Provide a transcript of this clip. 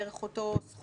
בערך אותו סכום.